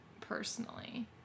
personally